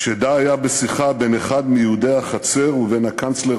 כשדי היה בשיחה בין אחד מיהודי החצר ובין הקנצלר